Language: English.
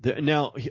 Now